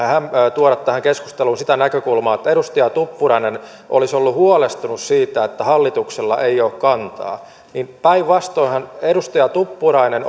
tuoda tähän keskusteluun sitä näkökulmaa että edustaja tuppurainen olisi ollut huolestunut siitä että hallituksella ei ole kantaa niin päinvastoinhan edustaja tuppurainen